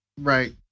Right